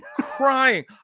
Crying